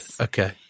okay